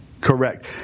Correct